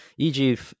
eg